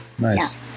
Nice